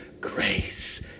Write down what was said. grace